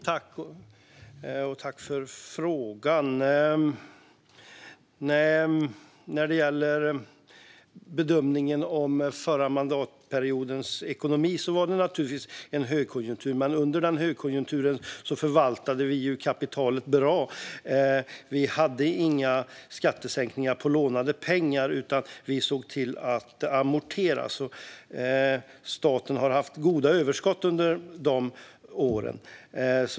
Fru talman! Tack för frågan! När det gäller bedömningen av förra mandatperiodens ekonomi var det naturligtvis en högkonjunktur. Under den högkonjunkturen förvaltade vi kapitalet bra. Vi hade inga skattesänkningar med lånade pengar, utan vi såg till att amortera. Staten har haft goda överskott under de åren.